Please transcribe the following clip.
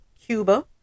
Cuba